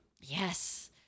Yes